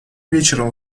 вечером